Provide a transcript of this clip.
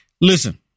Listen